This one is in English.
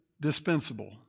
dispensable